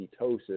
ketosis